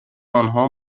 آنها